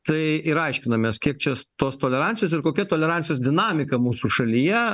tai ir aiškinamės kiek čia tos tolerancijos ir kokia tolerancijos dinamika mūsų šalyje